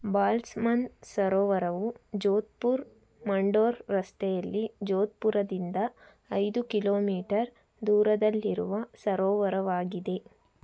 ಬಾಲ್ಸಮಂದ್ ಸರೋವರವು ಜೋಧ್ಪುರ್ ಮಂಡೋರ್ ರಸ್ತೆಯಲ್ಲಿ ಜೋಧ್ಪುರದಿಂದ ಐದು ಕಿಲೋಮೀಟರ್ ದೂರದಲ್ಲಿರುವ ಸರೋವರವಾಗಿದೆ